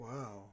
Wow